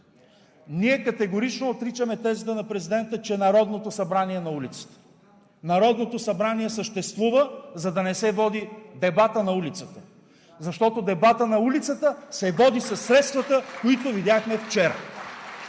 Ние категорично отричаме тезата на президента, че Народното събрание е на улицата. Народното събрание съществува, за да не се води дебатът на улицата. Защото дебатът на улицата се води със средствата, които видяхме вчера.